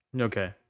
okay